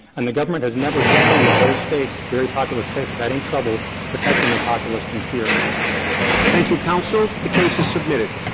and the government has never shown that those states, very populous states, have had any trouble protecting their populace from fear. roberts thank you, counsel. the case is submitted.